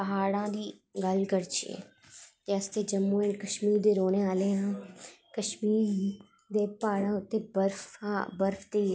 प्हाड़ा दी गल्ल करचै ते अस ते जम्मू ऐंड़ कस्मीर दे रौह्नें आह्ले आं कश्मीर दे प्हाड़ां उत्तें बर्फ दी